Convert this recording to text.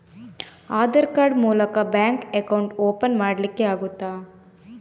Aadhaar card ಮೂಲಕ bank account open ಮಾಡಲಿಕ್ಕೆ ಆಗುತಾ?